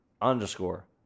underscore